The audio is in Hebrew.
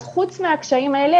אז חוץ מהקשיים האלה,